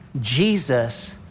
Jesus